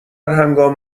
هنگام